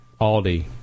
Aldi